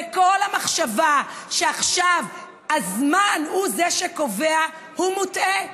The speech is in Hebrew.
וכל המחשבה שעכשיו הזמן הוא שקובע היא מוטעית.